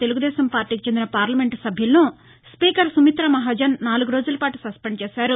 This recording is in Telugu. తెలుగుదేశం పార్టీకి చెందిన పార్లమెంటు సభ్యులను స్పీకర్ సుమితా మహాజన్ నాలుగు రోజులపాటు సస్పెంద్ చేశారు